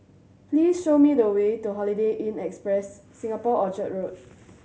please show me the way to Holiday Inn Express Singapore Orchard Road